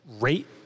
rate